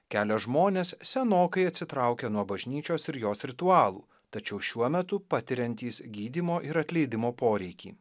kelia žmonės senokai atsitraukę nuo bažnyčios ir jos ritualų tačiau šiuo metu patiriantys gydymo ir atleidimo poreikį